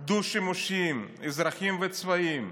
הדו-שימושיים, אזרחים וצבאיים.